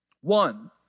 One